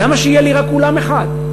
למה שיהיה לי רק אולם אחד?